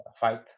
fight